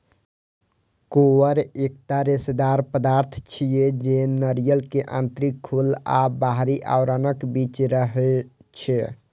coir एकटा रेशेदार पदार्थ छियै, जे नारियल के आंतरिक खोल आ बाहरी आवरणक बीच रहै छै